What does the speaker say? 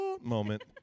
moment